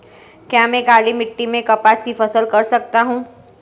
क्या मैं काली मिट्टी में कपास की फसल कर सकता हूँ?